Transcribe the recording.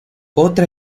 otra